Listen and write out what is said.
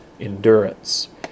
endurance